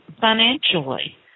financially